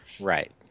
right